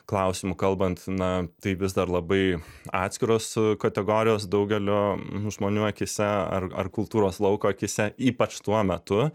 klausimu kalbant na tai vis dar labai atskiros kategorijos daugelio žmonių akyse ar ar kultūros lauko akyse ypač tuo metu